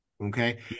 okay